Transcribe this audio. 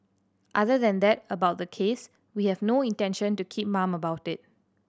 other than that about the case we have no intention to keep mum about it